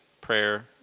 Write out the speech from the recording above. prayer